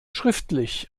schriftlich